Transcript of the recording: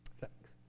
Thanks